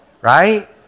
right